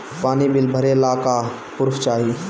पानी बिल भरे ला का पुर्फ चाई?